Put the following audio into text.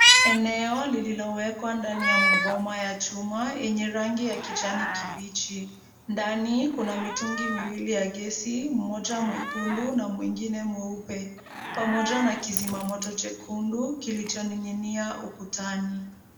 Eneo lililowekwa ndani ya maboma ya chuma yenye rangi ya kijani kibichi. Ndani kuna mitungi miwili ya gesi, mmoja mwekundu na mwingine mweupe, pamoja na kizima moto chekundu kilichoning'inia ukutani.